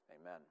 Amen